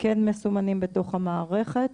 הם כן מסומנים בתוך המערכת,